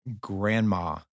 grandma